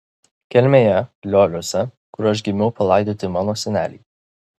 kelmėje lioliuose kur aš gimiau palaidoti mano seneliai